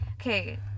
okay